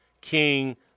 King